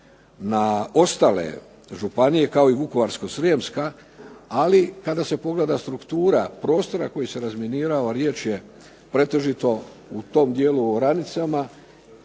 na ostale županije, kao i Vukovarsko-srijemska, ali kada se pogleda struktura prostora koji se razminirao, a riječ je pretežito u tom dijelu u oranicama